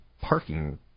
parking